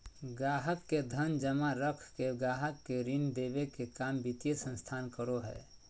गाहक़ के धन जमा रख के गाहक़ के ऋण देबे के काम वित्तीय संस्थान करो हय